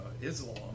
Islam